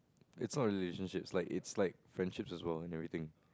it's not relationships it's like it's like friendships as well and everything